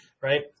Right